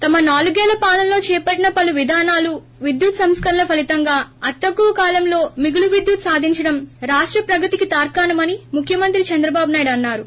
తమ నాలుగు ఏళ్ల పాలనలో చేపట్టిన పలు విధానాలు విద్యుత్ సంస్కరణల ఫలితంగా అతి తక్కువ కాలంలో మిగులు విద్యుత్ సాధించడం రాష్ట ప్రగతికి తార్కాణమని ముఖ్యమంత్రి చంద్రబాబు నాయుడు అన్నారు